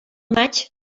maig